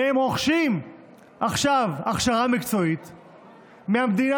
הם רוכשים עכשיו הכשרה מקצועית מהמדינה,